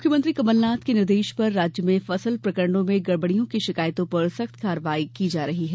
मुख्यमंत्री कमल नाथ के निर्देश पर राज्य में ऋण प्रकरणों में गड़बड़ियों की शिकायतों पर सख्त कार्यवाही की जा रही है